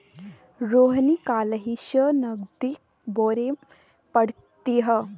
रोहिणी काल्हि सँ नगदीक बारेमे पढ़तीह